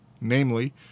namely